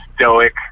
stoic